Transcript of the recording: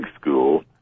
school